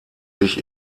sich